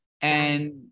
And-